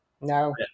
No